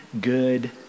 good